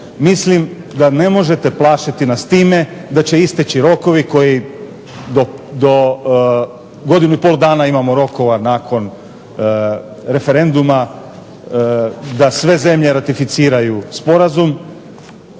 Mislim da ne možete plašiti nas time da će isteći rokovi koji do, godinu i pol dana imamo rokova nakon referenduma da sve zemlje ratificiraju sporazum,